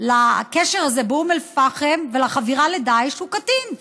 לקשר הזה באום אל-פחם ולחבירה לדאעש, הוא קטין.